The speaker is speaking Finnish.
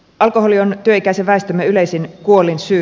alkoholi on työikäisen väestömme yleisin kuolinsyy